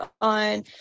on